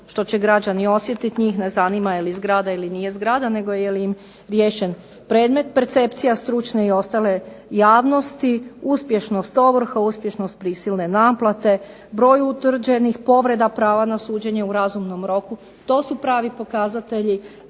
što će građani osjetiti. Njih ne zanima je li zgrada ili nije zgrada, nego je li im riješen predmet. Percepcija stručne i ostale javnosti, uspješnost ovrha, uspješnost prisilne naplate, broj utvrđenih povreda prava na suđenje u razumnom roku. To su pravi pokazatelji